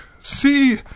See